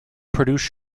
produced